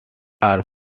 are